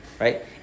Right